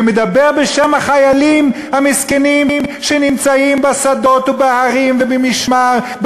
ומדבר בשם החיילים המסכנים שנמצאים בשדות ובהרים ובמשמר,